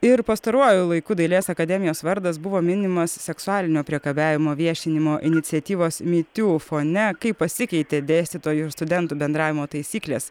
ir pastaruoju laiku dailės akademijos vardas buvo minimas seksualinio priekabiavimo viešinimo iniciatyvos mytu kaip pasikeitė dėstytojų ir studentų bendravimo taisyklės